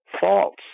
false